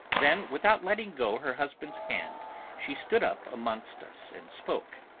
then without letting go her husband's hand she stood up amongst us and spoke.